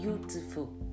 beautiful